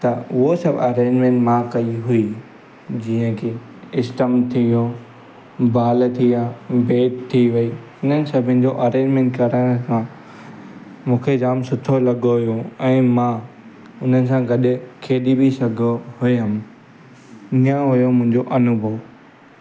त उहो सभु अरेंजमेंट मां कई हुई जीअं की स्टम्प थी वियो बॉल थी विया बेट थी वई इननि सभिनि जो अरेंजमेंट कराइण खां मुखे जाम सुठो लॻो हुयो ऐं मां हुननि सां गॾु खेॾी बि सघो हुउमि हीअं हुयो मुंहिंजो अनुभव